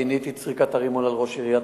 גיניתי את זריקת הרימון על ראש עיריית